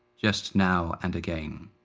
just now and again.